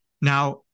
Now